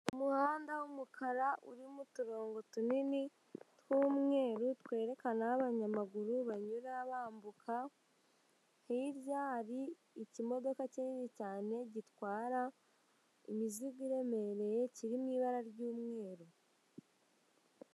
Umuhanda w'umukara urimo uturongo tunini tw'umweru, twerekana aho abanyamaguru banyura bambuka, hirya hari ikimodoka kinini cyane gitwara imizigo iremereye kiri mu ibara ry'umweru.